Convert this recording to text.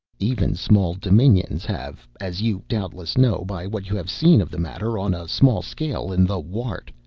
even small dominions have, as you doubtless know by what you have seen of the matter on a small scale in the wart.